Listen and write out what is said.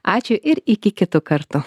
ačiū ir iki kito karto